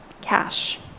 cash